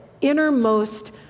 innermost